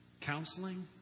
Counseling